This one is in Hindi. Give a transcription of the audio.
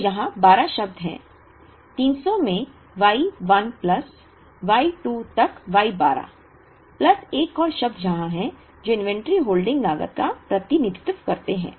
तो यहां 12 शब्द हैं 300 में Y 1 प्लस Y 2 तक Y 12 प्लस एक और शब्द यहां हैं जो इन्वेंट्री होल्डिंग लागत का प्रतिनिधित्व करते हैं